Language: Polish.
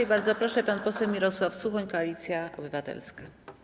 I bardzo proszę, pan poseł Mirosław Suchoń, Koalicja Obywatelska.